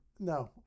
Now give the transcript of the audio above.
No